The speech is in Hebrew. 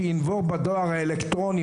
שינבור בדואר האלקטרוני,